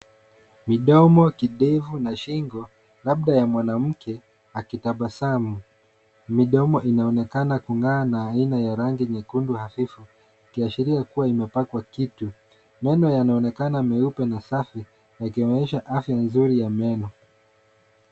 Midomo, kidevu na shingo, labda ya mwanamke akitabasamu. Midomo inaonekana kung'aa na aina ya rangi nyekundu hafifu, kiashiria kuwa imepakwa kitu. Neno yanaonekana meupe na safi yakionyesha afya nzuri ya meno.